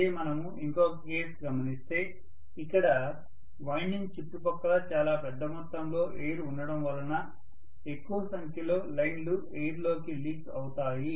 అదే మనము ఇంకొక కేస్ గమనిస్తే ఇక్కడ వైండింగ్ చుట్టుపక్కల చాలా పెద్ద మొత్తంలో ఎయిర్ ఉండడం వల్ల ఎక్కువ సంఖ్యలో లైన్లు ఎయిర్ లోకి లీక్ అవుతాయి